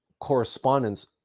correspondence